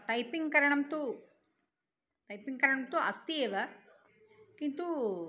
typing करणं तु tapping करणं तु अस्ति एव किन्तु